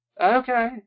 okay